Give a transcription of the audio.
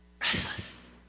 restless